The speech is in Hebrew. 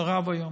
נורא ואיום.